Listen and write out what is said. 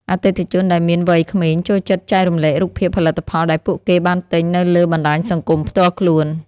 អតិថិជនដែលមានវ័យក្មេងចូលចិត្តចែករំលែករូបភាពផលិតផលដែលពួកគេបានទិញនៅលើបណ្តាញសង្គមផ្ទាល់ខ្លួន។